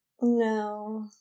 No